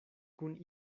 kun